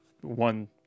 one